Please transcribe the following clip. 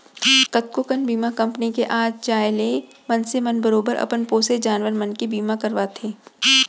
कतको कन बीमा कंपनी के आ जाय ले मनसे मन बरोबर अपन पोसे जानवर मन के बीमा करवाथें